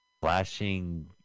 flashing